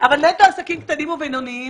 אבל נטו עסקים קטנים ובינוניים